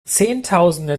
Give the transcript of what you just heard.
zehntausende